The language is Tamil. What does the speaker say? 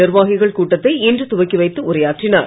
நிர்வாகிகள் கூட்டத்தை இன்று துவக்கி வைத்து உரையாற்றினார்